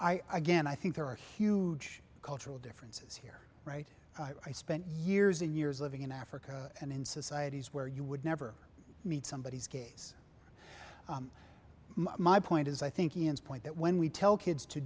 i again i think there are huge cultural differences here right i spent years and years living in africa and in societies where you would never meet somebody gaze my point is i think ian's point that when we tell kids to